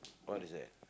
what is that